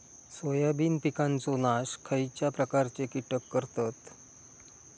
Soybean पिकांचो नाश खयच्या प्रकारचे कीटक करतत?